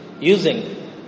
using